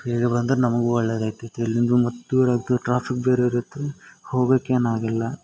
ಬೇಗ ಬಂದ್ರೆ ನಮಗೂ ಒಳ್ಳೆಯದೈತಿತ್ತು ಇಲ್ಲಿಂದ ಮತ್ತೆ ಟ್ರಾಫಿಕ್ ಬೇರೆ ಇರುತ್ತು ಹೋಗೋಕೆ ಏನು ಆಗಿಲ್ಲ